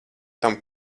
tam